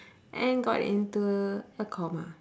and got into a coma